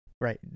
right